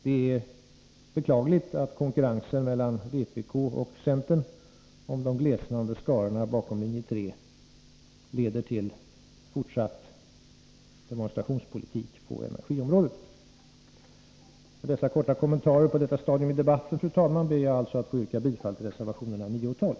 Det är beklagligt att konkurrensen mellan vpk och centern om de glesnande skarorna bakom Linje 3 leder till fortsatt demonstrationspolitik på energiområdet. Med dessa korta kommentarer på detta stadium av debatten, ber jag, fru talman, att få yrka bifall till reservationerna 9 och 12.